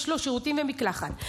יש לו שירותים ומקלחת,